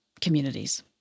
communities